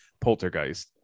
poltergeist